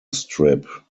strip